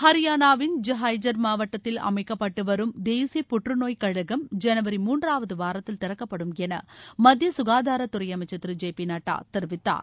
ஹரியானாவின் ஜாஹைஜர் மாவட்டத்தில் அமைக்கப்பட்டுவரும் தேசிய புற்றுநோய் கழகம் ஜனவரி மூன்றாவதுவாரத்தில் திறக்கப்படும் என மத்திய சுகாதரத்துறை அமைச்சர் திரு ஜே பி நட்டா தெரிவித்தார்